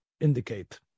indicate